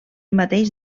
mateix